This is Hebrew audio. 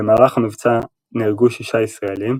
במהלך המבצע נהרגו שישה ישראלים,